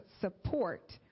support